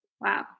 Wow